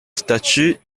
statue